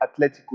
Atletico